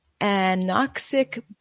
anoxic